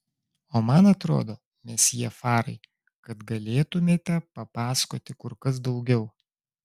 o man atrodo mesjė farai kad galėtumėte papasakoti kur kas daugiau